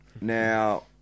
now